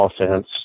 offense